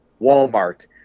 Walmart